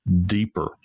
deeper